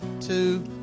two